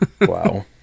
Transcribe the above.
Wow